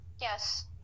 Yes